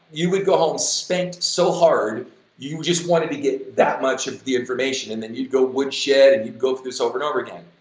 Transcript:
you would go home spent so hard you just wanted to get that much of the information and then you'd go woodshed and you'd go for this over and over again.